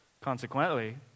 Consequently